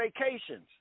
vacations